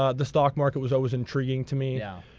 ah the stock market was always intriguing to me. yeah.